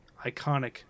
iconic